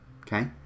Okay